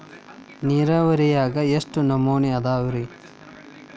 ನೇರಾವರಿಯಾಗ ಎಷ್ಟ ನಮೂನಿ ಅದಾವ್ರೇ?